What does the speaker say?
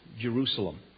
Jerusalem